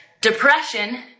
Depression